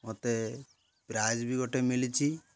ମୋତେ ପ୍ରାଇଜ୍ ବି ଗୋଟେ ମିଳିଛି